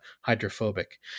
hydrophobic